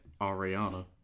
Ariana